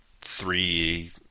three